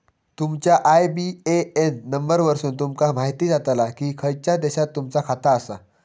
तुमच्या IBAN number वरसुन तुमका म्हायती जाताला की खयच्या देशात तुमचा खाता आसा